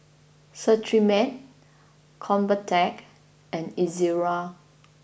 Cetrimide Convatec and Ezerra